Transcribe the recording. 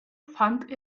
fand